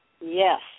Yes